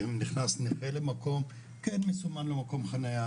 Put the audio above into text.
ואם נכנס נכה למקום כן מסומן לו מקום חניה,